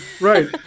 Right